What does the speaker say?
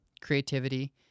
creativity